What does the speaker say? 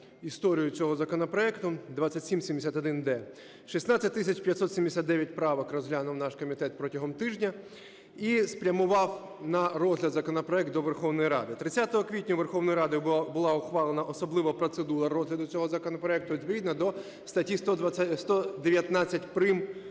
історію цього законопроекту 2571-д. 16 тисяч 579 правок розглянув наш комітет протягом тижня і спрямував на розгляд законопроект до Верховної Ради. 30 квітня Верховною Радою була ухвалена особлива процедура розгляду цього законопроекту відповідно до статті 119 прим.